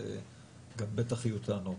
וגם בטח יהיו טענות.